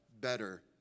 better